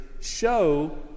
show